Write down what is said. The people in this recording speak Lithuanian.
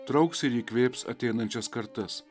trauks ir įkvėps ateinančias kartas